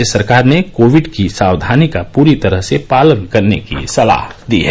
राज्य सरकार ने कोविड की सावधानी का पूरी तरह पालन करने की सलाह दी है